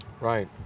right